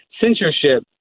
censorship